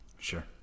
Sure